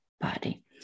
body